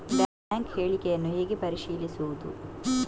Bank ಹೇಳಿಕೆಯನ್ನು ಹೇಗೆ ಪರಿಶೀಲಿಸುವುದು?